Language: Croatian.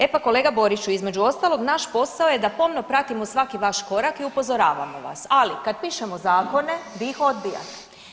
E pa kolega Boriću, između ostalog, naš posao je da pomno pratimo svaki vaš korak i upozoravamo vas, ali kad pišemo zakone, vi ih odbijate.